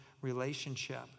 relationship